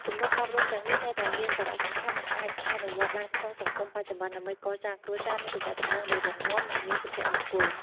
គំនិតអប់រំទាំងនេះនៅតែមានសារៈសំខាន់ និងអាចអនុវត្តបានក្នុងសង្គមបច្ចុប្បន្ន ដើម្បីកសាងគ្រួសារ និងទំនាក់ទំនងដែលរឹងមាំ និងមានសុភមង្គល។